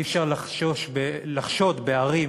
ואי-אפשר לחשוד בערים